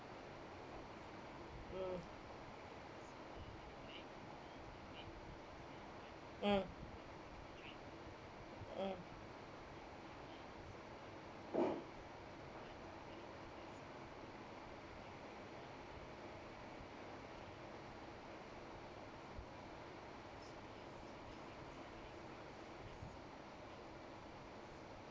mm mm mm